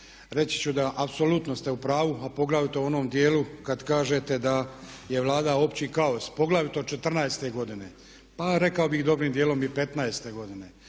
reći ću da apsolutno ste u pravu a poglavito u onom dijelu kada kažete da je Vlada opći kaos poglavito '14.-te godine, pa rekao bih dobrim dijelom i '15.-te godine